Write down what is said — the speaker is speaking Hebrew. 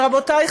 רבותי,